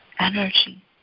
energy